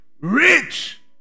rich